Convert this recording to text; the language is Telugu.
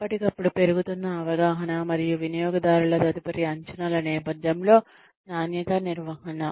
ఎప్పటికప్పుడు పెరుగుతున్న అవగాహన మరియు వినియోగదారుల తదుపరి అంచనాల నేపథ్యంలో నాణ్యత నిర్వహణ